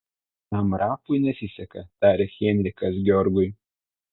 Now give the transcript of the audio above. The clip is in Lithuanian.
tam rapui nesiseka tarė heinrichas georgui